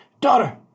daughter